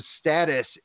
status